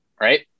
right